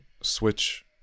switch